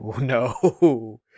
no